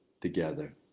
together